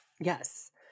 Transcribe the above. Yes